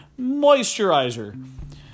moisturizer